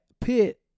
pit